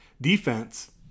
defense